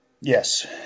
Yes